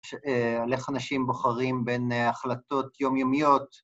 על איך אנשים בוחרים בין החלטות יומיומיות...